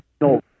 no